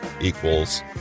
equals